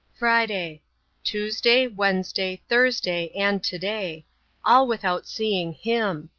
friday tuesday wednesday thursday and today all without seeing him.